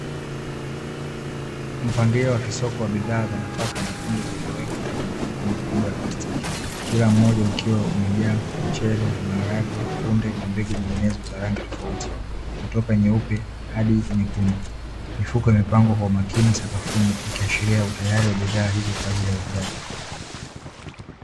Mpangilio wa soko na bidhaa za nafaka na kunde nyekundu zilizowekwa kwenye mifuko mikubwa ya plastiki, kila mmoja ukiwa umejaa mchele, maharage, kunde na mbegu nyingine za rangi tofauti kutoka nyeupe hadi nyekundu. Mifuko imepangwa kwa umakini sakafuni, ikiashiria utayari wa bidhaa kwa ajili ya uuzaji.